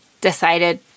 decided